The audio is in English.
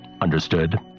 understood